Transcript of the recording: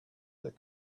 that